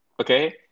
okay